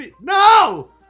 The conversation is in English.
no